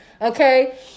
okay